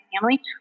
family